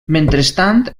mentrestant